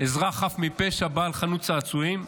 אזרח חף מפשע בשפרעם, בעל חנות צעצועים.